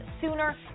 sooner